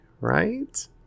right